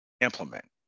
implement